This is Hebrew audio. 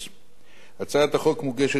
הצעת החוק מוגשת ללא הסתייגויות,